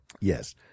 Yes